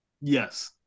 Yes